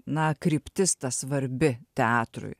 na kryptis ta svarbi teatrui